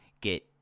get